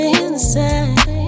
inside